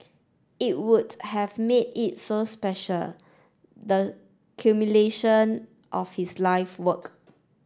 it would have made it so special the culmination of his life work